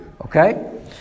Okay